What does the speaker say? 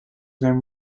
them